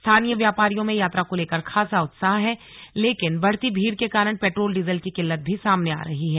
स्थानीय व्यापारियों में यात्रा को लेकर खासा उत्साह है लेकिन बढ़ती भीड़ के कारण पेट्रोल डीजल की किल्लत भी सामने आ रही है